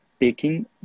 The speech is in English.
taking